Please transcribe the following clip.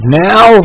now